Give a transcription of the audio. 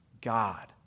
God